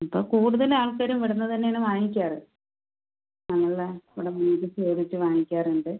ഇപ്പോൾ കൂടുതൽ ആൾക്കാരും ഇവിടെനിന്ന് തന്നെയാണ് വാങ്ങിക്കാറ് നമ്മള് ആ ഇവിടെ വീട്ട് ചോദിച്ച് വാങ്ങിക്കാറുണ്ട്